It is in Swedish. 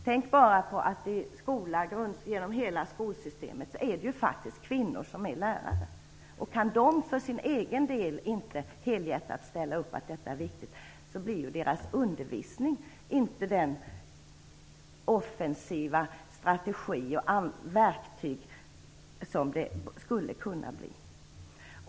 Tänk bara på att det genom hela skolsystemet faktiskt ofta är kvinnor som lärare. Kan de inte för sin egen del helhjärtat ställa upp på att detta är viktigt, blir ju deras undervisning inte den offensiva strategi och det verktyg som den skulle kunna vara.